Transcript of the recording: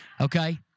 Okay